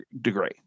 degree